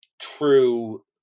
true